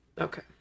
Okay